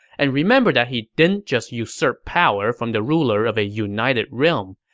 and remember that he didn't just usurp power from the ruler of a united realm.